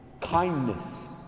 Kindness